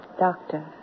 doctor